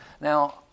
Now